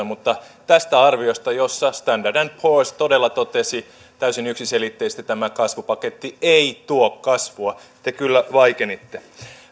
mutta tästä arviosta jossa standard poors todella totesi täysin yksiselitteisesti että tämä kasvupaketti ei tuo kasvua te kyllä vaikenitte